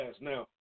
Now